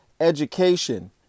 education